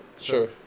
Sure